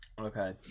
Okay